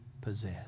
possess